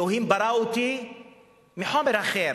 אלוהים ברא אותי מחומר אחר.